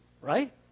right